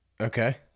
Okay